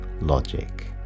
logic